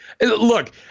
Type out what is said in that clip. look